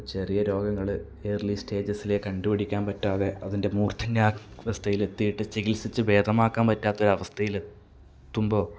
ചെറിയ രോഗങ്ങള് ഏർലി സ്റ്റേജസ്സിലെ കണ്ട് പിടിക്കാതെ അതിൻ്റെ മൂർദ്ധന്യാവസ്ഥയിൽ എത്തിയിട്ട് ചികിത്സിച്ച് ഭേദമാക്കാൻ പറ്റാത്ത ഒരു അവസ്ഥേയില് എത്തുമ്പോൾ